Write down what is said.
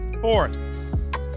Fourth